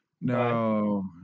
No